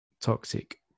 toxic